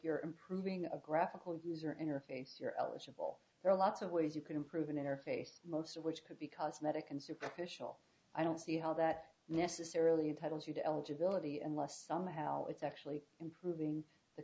you're improving a graphical user interface you're eligible there are lots of ways you can improve an interface most of which could because medic and superficial i don't see how that necessarily entitles you to eligibility unless somehow it's actually improving the